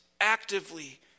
actively